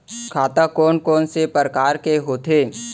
खाता कोन कोन से परकार के होथे?